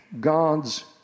God's